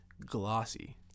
glossy